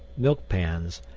milk pans,